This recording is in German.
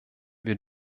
wir